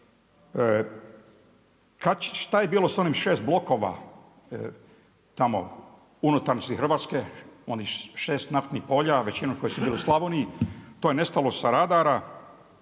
šta je bilo sa onih 6 blokova tamo u unutrašnjosti Hrvatske, onih 6 naftnih polja većinom koja su bila u Slavoniji? To je nestalo sa radara